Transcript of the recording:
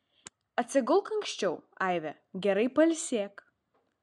atsigulk anksčiau aive gerai pailsėk